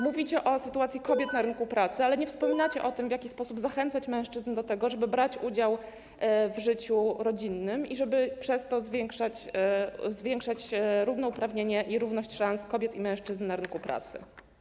Mówicie o sytuacji kobiet na rynku pracy, ale nie wspominacie o tym, w jaki sposób zachęcać mężczyzn do tego, żeby brać udział w życiu rodzinnym i żeby przez to zwiększać równouprawnienie i równość szans kobiet i mężczyzn na rynku pracy.